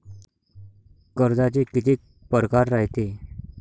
कर्जाचे कितीक परकार रायते?